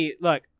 look